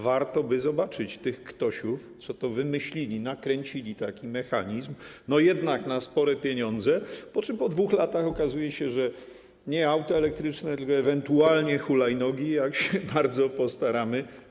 Warto by zobaczyć tych ktosiów, co to wymyślili, nakręcili taki mechanizm, jednak na spore pieniądze, po czym po 2 latach okazuje się, że nie auta elektryczne, tylko ewentualnie hulajnogi, jak się bardzo postaramy.